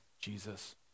Jesus